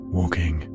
walking